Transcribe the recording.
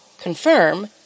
confirm